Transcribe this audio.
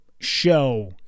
show